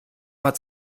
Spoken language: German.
mal